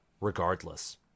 Regardless